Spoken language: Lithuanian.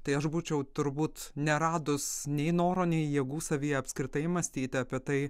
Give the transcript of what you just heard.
tai aš būčiau turbūt neradus nei noro nei jėgų savyje apskritai mąstyti apie tai